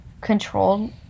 controlled